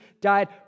died